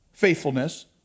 Faithfulness